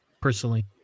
personally